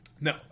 No